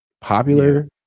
Popular